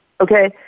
okay